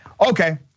Okay